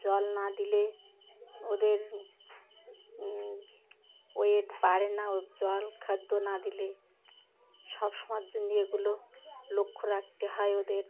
জল না দিলে ওদের ওয়েট বাড়ে না জল খাদ্য না দিলে সব সময় জন্য এগুলো লক্ষ্য রাখতে হয় ওদের